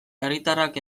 herritarrak